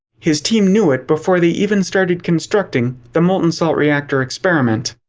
his team knew it before they even started constructing the molten-salt reactor experiment.